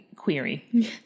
Query